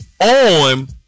on